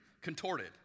contorted